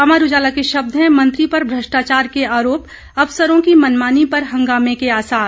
अमर उजाला के शब्द हैं मंत्री पर भ्रष्टाचार के आरोप अफसरों की मनमानी पर हंगामे के आसार